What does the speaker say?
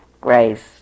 Grace